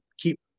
keep